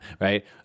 right